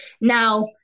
now